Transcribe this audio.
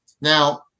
Now